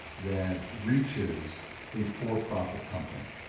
that reaches a for profit company